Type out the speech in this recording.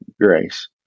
grace